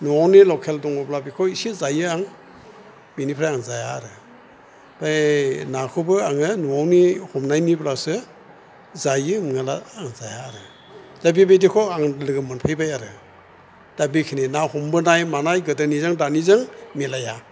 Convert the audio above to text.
न'आवनो लखेल दङब्ला बेखौ एसे जायो आं बिनिफ्राय आं जाया आरो बे नाखौबो आङो न'आवनि हमनायनिब्लासो जायो नङाब्ला आं जाया आरो दा बेबायदिखौ आं लोगो मोनफैबाय आरो दा बिखिनि ना हमबोनाय माबोनाय गोदोनिजों दानिजों मिलाया